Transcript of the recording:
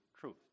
truth